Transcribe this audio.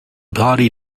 body